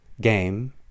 game